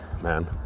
man